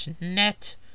net